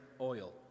oil